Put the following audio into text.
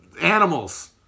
animals